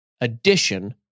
addition